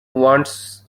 wants